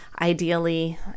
ideally